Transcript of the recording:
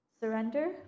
Surrender